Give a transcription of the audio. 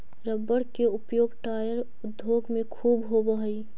rubber के उपयोग tyre उद्योग में ख़ूब होवऽ हई